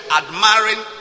admiring